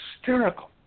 hysterical